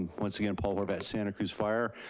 and once again, paul horvett, santa cruz fire.